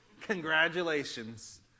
Congratulations